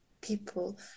people